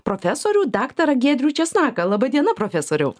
profesorių daktarą giedrių česnaką laba diena profesoriau